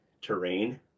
terrain